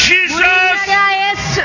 Jesus